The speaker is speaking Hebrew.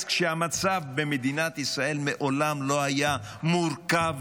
כשהמצב במדינת ישראל מעולם לא היה מורכב,